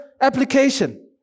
application